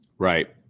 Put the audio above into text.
Right